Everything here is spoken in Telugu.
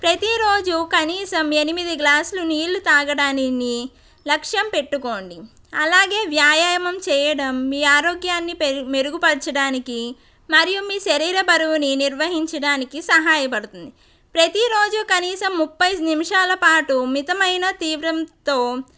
ప్రతిరోజూ కనీసం ఎనిమిది గ్లాసుల నీళ్ళు తాగడాన్ని లక్ష్యం పెట్టుకోండి అలాగే వ్యాయామం చేయడం మీ ఆరోగ్యాన్ని ప మెరుగుపరచడానికి మరియు మీ శరీర బరువుని నిర్వహించడానికి సహాయ పడుతుంది ప్రతిరోజూ కనీసం ముప్పై నిమిషాల పాటు మితమైన తీవ్రంగా